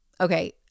Okay